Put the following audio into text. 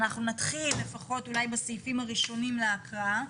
אנחנו נתחיל לפחות אולי בסעיפים הראשונים להקראה,